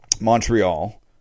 Montreal